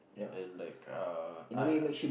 and like uh I